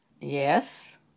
yes